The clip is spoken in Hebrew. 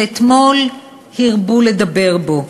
שאתמול הרבו לדבר בו.